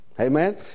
Amen